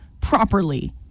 properly